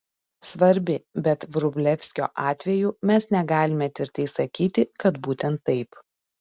svarbi bet vrublevskio atveju mes negalime tvirtai sakyti kad būtent taip